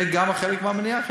זה חלק מהמניעה.